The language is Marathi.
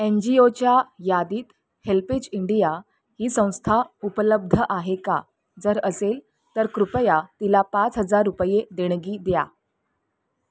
एन जी ओच्या यादीत हेल्पेज इंडिया ही संस्था उपलब्ध आहे का जर असेल तर कृपया तिला पाच हजार रुपये देणगी द्या